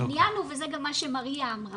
העניין הוא, וזה גם מה שמריה אמרה,